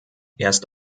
erst